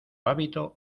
hábito